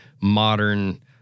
modern